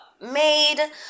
made